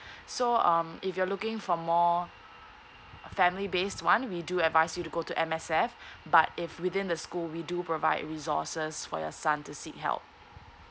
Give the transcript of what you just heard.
so um if you're looking for more a family based one we do advise you to go to a M_S_F but if within the school we do provide resources for your son to seek help